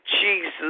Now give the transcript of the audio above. Jesus